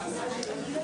הישיבה.